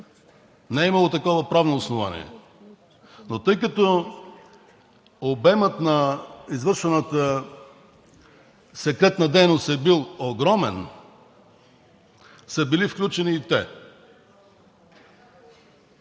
не е имало такова правно основание, но тъй като обемът на извършената секретна дейност е бил огромен, са били включени и те.